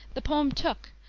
the poem took,